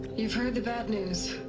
you've heard the bad news.